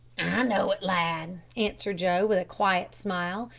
know it, lad, answered joe, with a quiet smile,